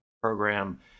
program